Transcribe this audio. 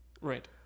Right